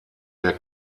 der